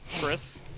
Chris